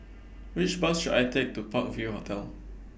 Which Bus should I Take to Park View Hotel